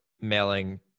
mailing